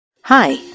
Hi